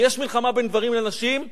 אם יש מלחמה בין גברים לנשים,